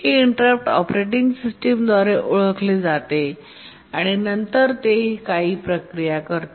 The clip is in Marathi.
हे इंटरप्ट ऑपरेटिंग सिस्टमद्वारे ओळखले जाते नंतर ते काही प्रक्रिया करते